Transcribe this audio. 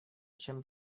чем